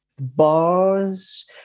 bars